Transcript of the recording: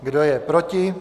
Kdo je proti?